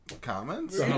Comments